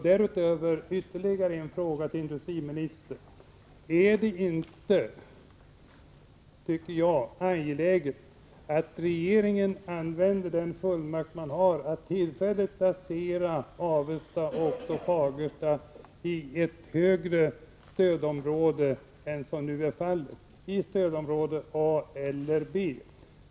Därefter ytterligare en fråga till industriministern: Är det inte angeläget, vilket jag tycker, att regeringen använder den fullmakt man har att tillfälligt placera Avesta och Fagersta i ett annat stödområde än som nu är fallet — i stödområde A eller B?